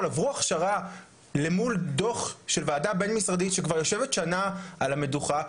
עברו הכשרה למול דוח של ועדה בין-משרדית שכבר יושבת שנה על המדוכה,